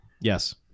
Yes